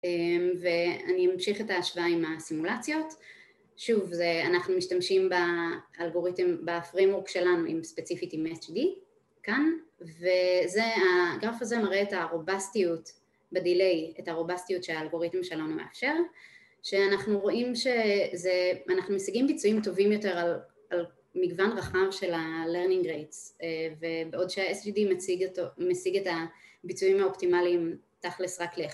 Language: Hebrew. ‫ואני אמשיך את ההשוואה ‫עם הסימולציות. ‫שוב, אנחנו משתמשים באלגוריתם, ‫בפרימורק שלנו, ‫ספציפית עם SGD, כאן, ‫וזה, הגרף הזה מראה את ‫הרובסטיות בדיליי, ‫את הרובסטיות שהאלגוריתם שלנו מאפשר, ‫שאנחנו רואים שזה... ‫אנחנו משיגים ביצועים טובים יותר ‫על מגוון רחב של הלרנינג רייטס, ‫בעוד שה-SGD משיג את הביצועים ‫האופטימליים תכלס רק ל-1.